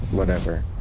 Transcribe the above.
whatever.